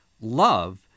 Love